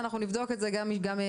נבדוק את זה גם משפטית.